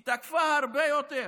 היא תקפה הרבה יותר.